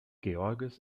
george’s